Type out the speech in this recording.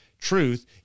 Truth